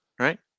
Right